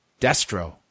Destro